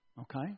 okay